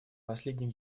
последним